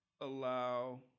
allow